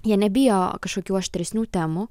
jie nebijo kažkokių aštresnių temų